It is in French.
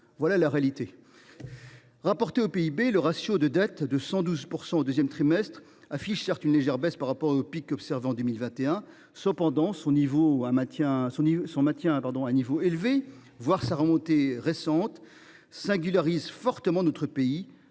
Voilà la réalité. Eh ben… Rapporté au PIB, notre ratio de dette, de 112 % au deuxième trimestre de 2024, affiche certes une légère baisse par rapport au pic observé en 2021. Toutefois, son maintien à un niveau élevé, pour ne pas dire sa remontée récente, singularise fortement notre pays,